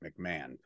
mcmahon